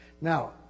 Now